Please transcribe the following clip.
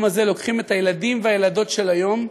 הזה לוקחים את הילדים והילדות של היום,